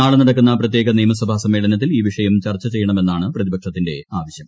നാളെ നടക്കുന്ന പ്രത്യേക നിയമസഭാ സമ്മേളനത്തിൽ ഈ വിഷയം ചർച്ച ചെയ്യണമെന്നാണ് പ്രതിപക്ഷത്തിന്റെ ആവശ്യം